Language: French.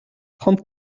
trente